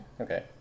Okay